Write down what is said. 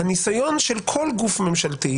הניסיון של כל גוף ממשלתי,